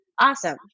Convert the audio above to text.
awesome